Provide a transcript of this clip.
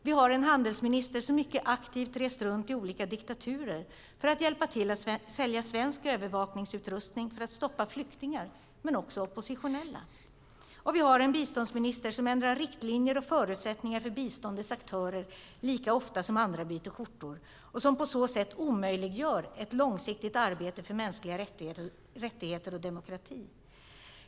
Vi har en handelsminister som mycket aktivt rest runt i olika diktaturer för att hjälpa till att sälja svensk övervakningsutrustning för att stoppa flyktingar men också oppositionella. Vi har en biståndsminister som ändrar riktlinjer och förutsättningar för biståndets aktörer lika ofta som andra byter skjortor och som på så sätt omöjliggör ett långsiktigt arbete för mänskliga rättigheter och demokrati.